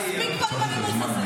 מספיק כבר עם הנימוס הזה.